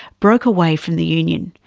broke away from the union,